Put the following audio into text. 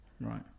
Right